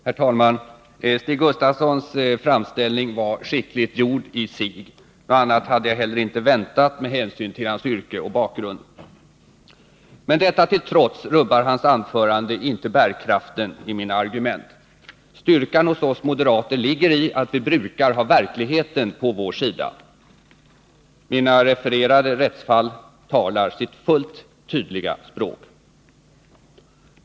Herr talman! Stig Gustafssons framställning var skickligt gjord i sig. Något annat hade jag inte heller väntat med hänsyn till hans yrke och bakgrund. Men detta till trots rubbar hans anförande inte bärkraften i mina argument. Styrkan hos oss moderater ligger i att vi brukar ha verkligheten på vår sida. De rättsfall jag refererat talar sitt fullt tydliga språk.